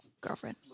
girlfriend